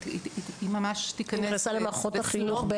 היא נכנסה למערכות החינוך,